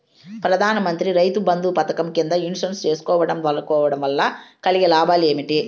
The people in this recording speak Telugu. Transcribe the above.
ప్రధాన మంత్రి రైతు బంధు పథకం కింద ఇన్సూరెన్సు చేయించుకోవడం కోవడం వల్ల కలిగే లాభాలు ఏంటి?